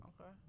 Okay